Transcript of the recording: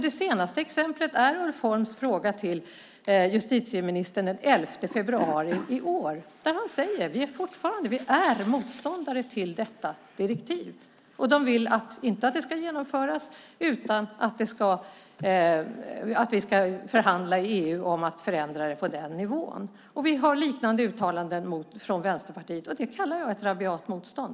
Det senaste exemplet är Ulf Holms fråga till justitieministern den 11 februari i år där han säger att de fortfarande är motståndare till detta direktiv. De vill inte att det ska genomföras, utan att vi ska förhandla i EU om att förändra det på den nivån. Det finns liknande uttalanden från Vänsterpartiet. Det kallar jag ett rabiat motstånd.